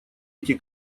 эти